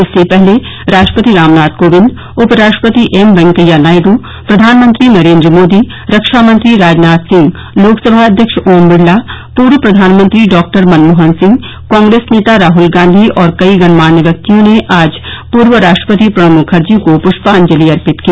इससे पहले राष्ट्रपति रामनाथ कोविंद उपराष्ट्रपति एम वेंकैया नायडू प्रधानमंत्री नरेन्द्र मोदी रक्षामंत्री राजनाथ सिंह लोकसभा अध्यक्ष ओम बिड़ला पूर्व प्रधानमंत्री डॉ मनमोहन सिंह कांप्रेस नेता राहल गांधी और कई गणमान्य व्यक्तियों ने आज पूर्व राष्ट्रपति प्रणब मुखर्जी को पुष्पांजलि अर्पित की